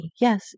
Yes